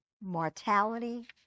mortality